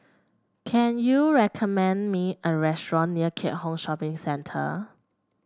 can you recommend me a restaurant near Keat Hong Shopping Centre